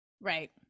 Right